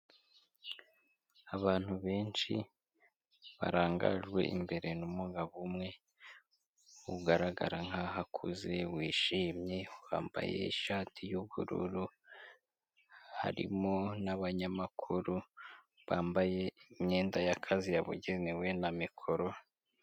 Abantu benshi barangajwe imbere n'umugabo umwe ugaragara nkaho akuze wishimye wambaye ishati y'ubururu, harimo n'abanyamakuru bambaye imyenda y'akazi yabugenewe na mikoro.